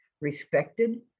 respected